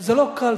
זה לא קל,